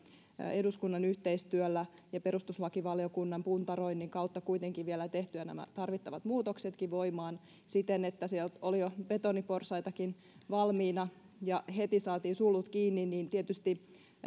eduskunnan yhteistyöllä ja perustuslakivaliokunnan puntaroinnin kautta kuitenkin vielä tehtyä ja nämä tarvittavat muutoksetkin voimaan siten että siellä oli jo betoniporsaitakin valmiina ja heti saatiin sulut kiinni niin tietysti